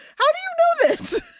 how do you know this?